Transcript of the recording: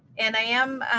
and i am,